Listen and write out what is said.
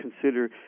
consider